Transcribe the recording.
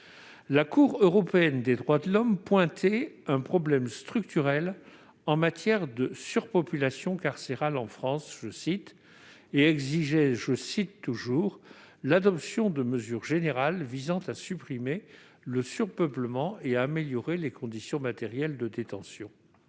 la Cour européenne des droits de l'homme pointait un problème structurel en matière de surpopulation carcérale en France et exigeait l'adoption de mesures générales visant à supprimer le surpeuplement et à améliorer les conditions matérielles de détention.